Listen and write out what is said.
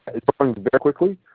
very quickly.